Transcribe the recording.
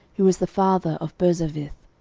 who is the father of birzavith.